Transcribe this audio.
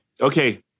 Okay